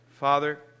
Father